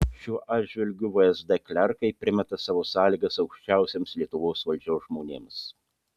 šiuo atžvilgiu vsd klerkai primeta savo sąlygas aukščiausiems lietuvos valdžios žmonėms